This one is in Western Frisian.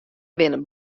binne